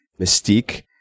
mystique